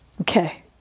Okay